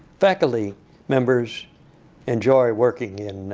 faculty members enjoy working in